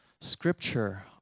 Scripture